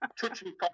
Touching